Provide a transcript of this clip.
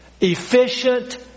efficient